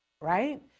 right